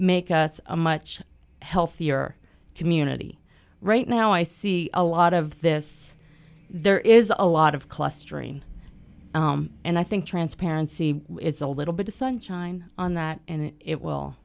make us a much healthier community right now i see a lot of this there is a lot of clustering and i think transparency it's a little bit of sunshine on that and it will